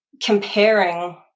comparing